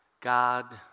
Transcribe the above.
God